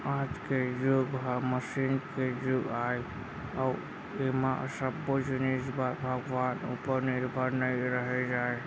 आज के जुग ह मसीन के जुग आय अउ ऐमा सब्बो जिनिस बर भगवान उपर निरभर नइ रहें जाए